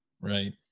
Right